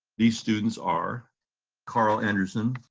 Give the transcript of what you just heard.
these students are karl anderson,